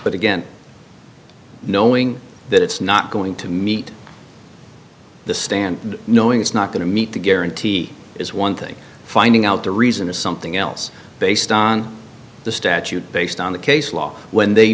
but again knowing that it's not going to meet the stand knowing it's not going to meet the guarantee is one thing finding out the reason is something else based on the statute based on the case law when they